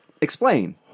explain